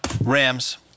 Rams